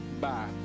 Bye